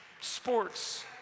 Sports